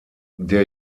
der